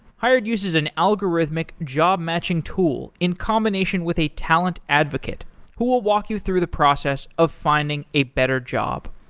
hired uses an algorithmic job-matching tool in combination with a talent advocate who will walk you through the process of finding a better job.